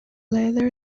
latter